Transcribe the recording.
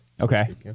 Okay